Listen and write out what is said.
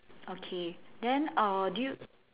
okay then uh do you